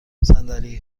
صندلی